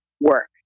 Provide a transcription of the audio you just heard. work